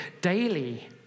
daily